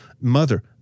Mother